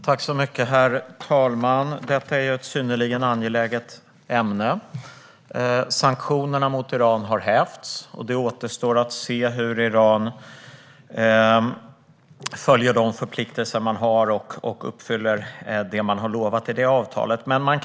Herr talman! Detta är ett synnerligen angeläget ämne. Sanktionerna mot Iran har hävts. Det återstår att se hur Iran följer de förpliktelser man har och uppfyller det man har lovat i det avtalet.